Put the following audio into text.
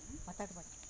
ಮಾತಾಡಬೇಡ